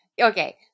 okay